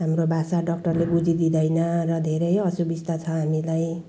हाम्रो भाषा डक्टरले बुझिदिँदैन र धेरै असुबिस्ता छ हामीलाई